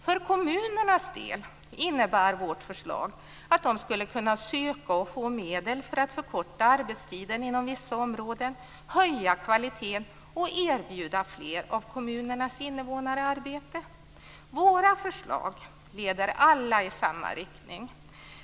För kommunernas del innebär vårt förslag att de skulle kunna söka och få medel för att förkorta arbetstiden inom vissa områden, höja kvaliteten och erbjuda fler av kommunernas invånare arbete. Alla våra förslag leder i samma riktning.